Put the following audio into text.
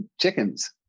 chickens